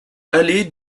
allée